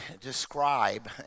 describe